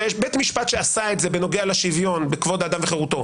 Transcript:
שיש בית משפט שעשה את זה בנוגע לשוויון בכבוד האדם וחרותו,